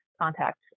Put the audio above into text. contact